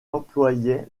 employait